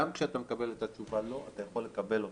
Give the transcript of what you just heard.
גם כשאתה מקבל את התשובה לא אתה יכול לקבל אותה.